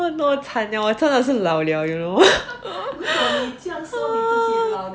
!aiyo! 惨 liao 我真的是老 liao you know